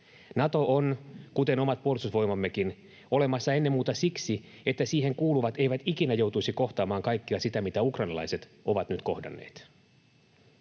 Nato on, kuten omat Puolustusvoimammekin, olemassa ennen muuta siksi, että siihen kuuluvat eivät ikinä joutuisi kohtaamaan kaikkea sitä, mitä ukrainalaiset ovat nyt kohdanneet.